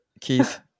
Keith